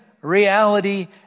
reality